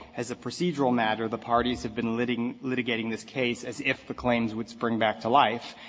as a procedural matter, the parties have been litigating litigating this case as if the claims would spring back to life,